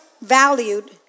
valued